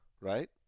right